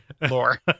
lore